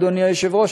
אדוני היושב-ראש,